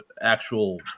actual